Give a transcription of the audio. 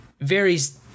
varies